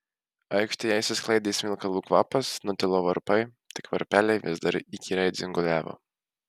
aikštėje išsisklaidė smilkalų kvapas nutilo varpai tik varpeliai vis dar įkyriai dzinguliavo